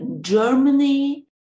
Germany